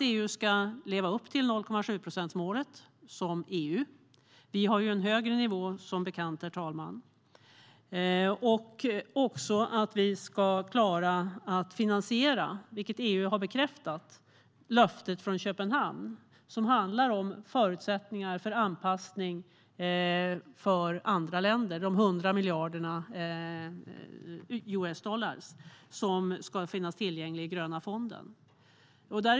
EU ska leva upp till 0,7-procentsmålet som EU. Sverige har som bekant en högre nivå, herr talman. Vi ska, vilket EU har bekräftat, också klara att finansiera löftet från Köpenhamn som handlar om förutsättningar för anpassning för andra länder. Det gäller 100 miljarder US-dollar som ska finnas tillgängliga i Gröna fonden.